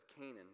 Canaan